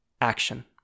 action